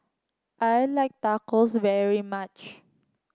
I like Tacos very much